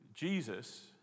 Jesus